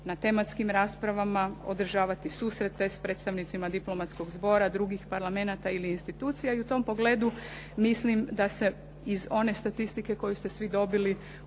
na tematskim raspravama, održavati susrete s predstavnicima diplomatskog zbora drugih parlamenata ili institucija i u tom pogledu mislim da se iz one statistike koju ste svi dobili